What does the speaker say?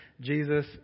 Jesus